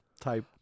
type